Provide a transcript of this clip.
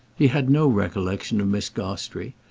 he had no recollection of miss gostrey,